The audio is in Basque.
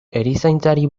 erizaintzari